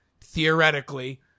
theoretically